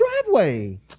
driveway